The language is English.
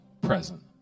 present